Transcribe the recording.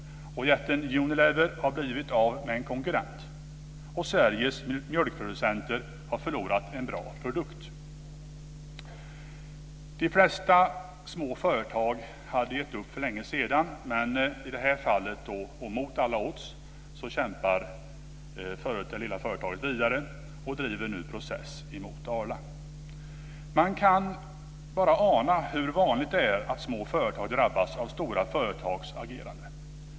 Jätten Unilever har blivit av med en konkurrent, och Sveriges mjölkproducenter har förlorat en bra produkt. De flesta små företag hade gett upp för länge sedan. Men i det här fallet kämpar mot alla odds det lilla företaget och driver nu process mot Arla. Man kan bara ana hur vanligt det är att små företag drabbas av stora företags agerande.